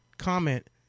comment